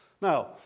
Now